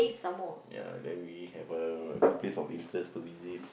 ya then we have a think place of interest to visit